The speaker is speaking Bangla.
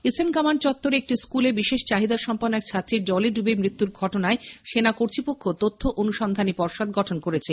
ইস্টার্ন কমান্ড চত্বরে একটি স্কুলে বিশেষ চাহিদা সম্পন্ন এক ছাত্রের জলে ডুবে মৃত্যুর ঘটনায় সেনা কর্তৃপক্ষ তথ্য অনুসন্ধানী পর্ষদ গঠন করেছে